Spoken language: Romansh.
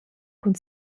cun